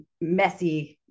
messy